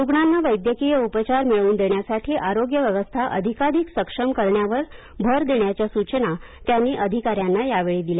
रुग्णांना वैद्यकीय उपचार मिळवून देण्यासाठी आरोग्य व्यवस्था अधिकाधिक सक्षम करण्यावर भर देण्याच्या सूचना त्यांनी अधिकाऱ्यांना यावेळी दिल्या